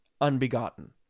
unbegotten